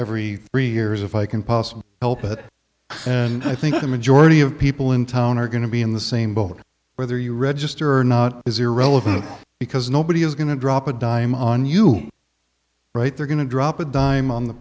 every three years if i can possibly help it and i think the majority of people in town are going to be in the same boat whether you register or not is irrelevant because nobody is going to drop a dime on you right they're going to drop a dime on the